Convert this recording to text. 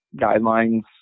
guidelines